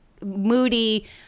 moody